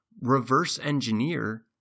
reverse-engineer